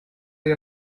dei